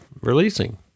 releasing